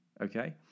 Okay